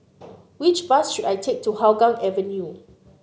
which bus should I take to Hougang Avenue